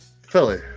Philly